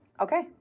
Okay